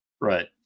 Right